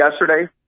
Yesterday